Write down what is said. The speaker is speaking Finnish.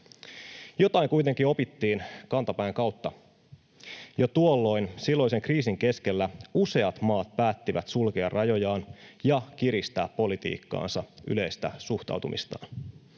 Jotain kuitenkin opittiin kantapään kautta. Jo tuolloin, silloisen kriisin keskellä, useat maat päättivät sulkea rajojaan ja kiristää politiikkaansa, yleistä suhtautumistaan.